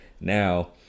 now